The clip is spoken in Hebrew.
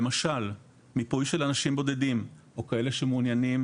למשל: מיפוי של אנשים בודדים או כאלה שמעוניינים